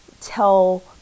tell